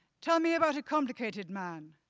tell me about a complicated man.